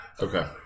Okay